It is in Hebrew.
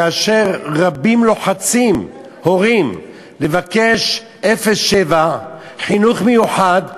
כאשר רבים לוחצים, הורים, לבקש 07, חינוך מיוחד,